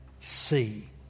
see